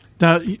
Now